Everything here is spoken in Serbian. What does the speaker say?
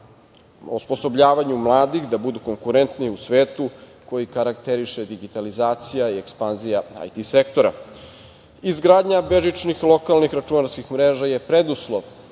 osposobljavanju mladih da budu konkurentni u svetu koji karakteriše digitalizacija i ekspanzija IT sektora. Izgradnja bežičnih lokalnih računarskih mreža je preduslov